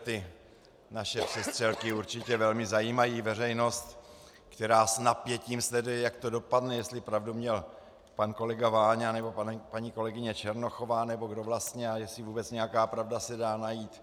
Tyhle naše přestřelky určitě velmi zajímají veřejnost, která s napětím sleduje, jak to dopadne, jestli pravdu měl pan kolega Váňa, nebo paní kolegyně Černochová, nebo kdo vlastně a jestli vůbec nějaká pravda se dá najít.